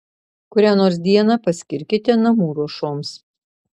kurią nors dieną paskirkite namų ruošoms